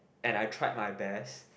and I tried my best